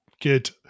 good